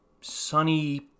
sunny